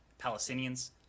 Palestinians